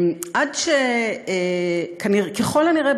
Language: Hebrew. ככל הנראה,